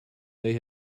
they